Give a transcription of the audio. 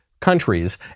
countries